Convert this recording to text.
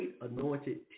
anointed